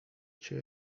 cię